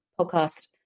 podcast